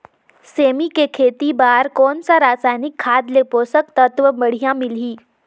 सेमी के खेती बार कोन सा रसायनिक खाद ले पोषक तत्व बढ़िया मिलही?